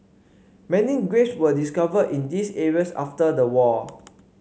many graves were discovered in these areas after the war